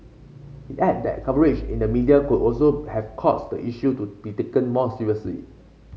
he added that coverage in the media could also have caused the issue to be taken more seriously